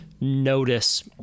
notice